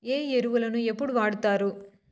ఏ ఎరువులని ఎప్పుడు వాడుతారు?